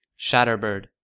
Shatterbird